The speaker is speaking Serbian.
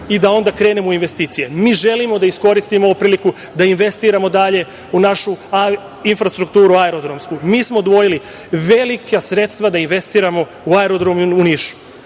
i da onda krenemo u investicije. Mi želimo da iskoristimo ovu priliku da investiramo dalje u našu aerodromsku infrastrukturu. Mi smo odvojili velika sredstva da investiramo u aerodrom u Nišu.